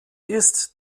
ist